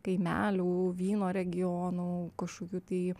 kaimelių vyno regionų kažkokių tai